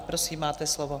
Prosím, máte slovo.